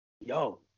yo